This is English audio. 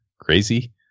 crazy